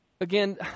again